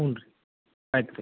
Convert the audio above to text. ಹ್ಞೂ ರೀ ಆಯ್ತು ರೀ